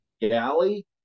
galley